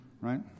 Right